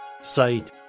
Site